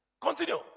Continue